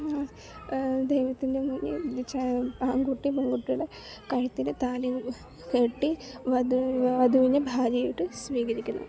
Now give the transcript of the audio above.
ദൈവത്തിൻ്റെ മുന്നിൽ ആൺകുട്ടി പെൺകുട്ടിയുടെ കഴുത്തിൽ താലി കെട്ടി വധു വധുവിനെ ഭാര്യയായിട്ട് സ്വീകരിക്കുന്നു